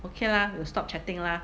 okay lah we'll stop chatting lah